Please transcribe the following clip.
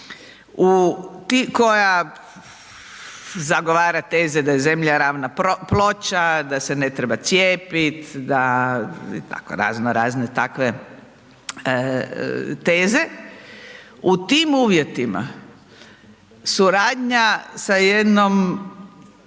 koja zagovara teze da je zemlja ravna ploča, da se ne treba cijepiti da, i tako razno razne teze. U tim uvjetima suradnja sa jednom